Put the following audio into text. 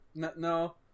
No